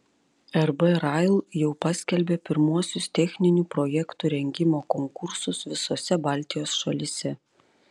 rb rail jau paskelbė pirmuosius techninių projektų rengimo konkursus visose baltijos šalyse